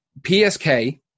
psk